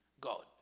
God